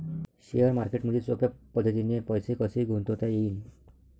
Share मार्केटमधी सोप्या पद्धतीने पैसे कसे गुंतवता येईन?